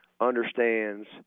understands